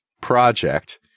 project